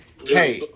Hey